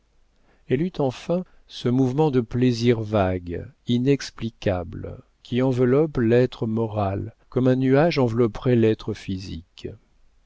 elle eut enfin ce mouvement de plaisir vague inexplicable qui enveloppe l'être moral comme un nuage envelopperait l'être physique